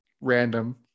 random